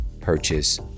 purchase